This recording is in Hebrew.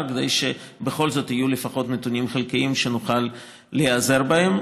כדי שבכל זאת יהיו לפחות נתונים חלקיים שנוכל להיעזר בהם.